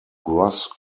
gross